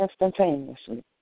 instantaneously